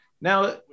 Now